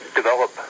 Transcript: develop